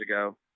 ago